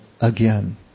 again